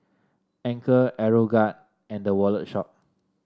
Anchor Aeroguard and The Wallet Shop